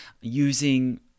using